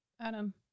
Adam